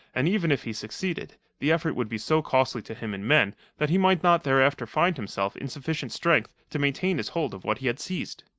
and even if he succeeded, the effort would be so costly to him in men that he might not thereafter find himself in sufficient strength to maintain his hold of what he had seized.